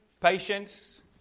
Patience